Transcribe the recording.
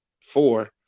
four